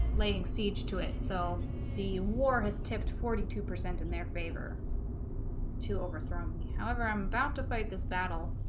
laying siege to it so the war has tipped forty two percent in their favor to overthrow me however i'm about to fight this battle